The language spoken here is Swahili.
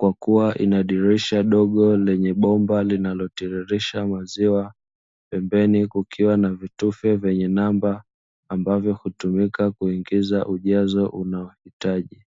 kwa kuwa ina dirisha dogo lenye bomba linalotiririsha maziwa, pembeni kukiwa na vitufe vyenye namba ambavyo hutumika kuingiza ujazo unaohitaji.